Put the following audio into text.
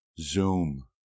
Zoom